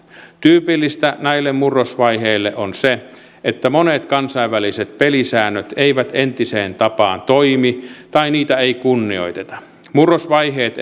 tyypillistä näille murrosvaiheille on se että monet kansainväliset pelisäännöt eivät entiseen tapaan toimi tai niitä ei kunnioiteta murrosvaiheet